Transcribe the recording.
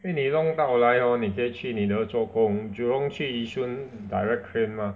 因为你弄到来 hor 你可以去你的做工 ajaurong 去 Yishun direct train mah